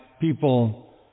people